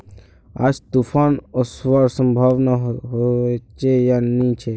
आज तूफ़ान ओसवार संभावना होचे या नी छे?